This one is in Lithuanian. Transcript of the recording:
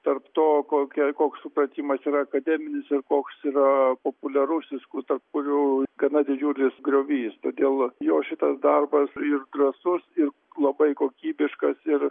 tarp to kokia koks supratimas yra akademinis ir koks yra populiarusis kur tarp kurių gana didžiulis griovys todėl jos šitas darbas ir drąsus ir labai kokybiškas ir